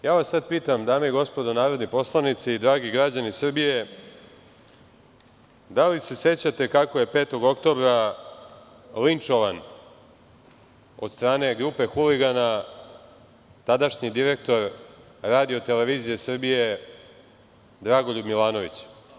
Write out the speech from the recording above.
Ja vas sada pitam, dame i gospodo narodni poslanici i dragi građani Srbije, da li se sećate kako je 5. oktobra linčovan od strane grupe huligana tadašnji direktor RTS Dragoljub Milanović?